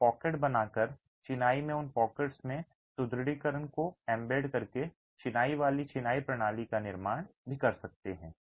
आप पॉकेट बनाकर और चिनाई में उन पॉकेट्स में सुदृढीकरण को एम्बेड करके चिनाई वाली चिनाई प्रणाली का निर्माण भी कर सकते हैं